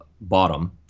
bottom